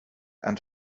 and